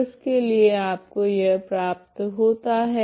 तो इसके लिए आपको यह प्राप्त होता है